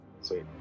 Sweet